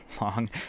long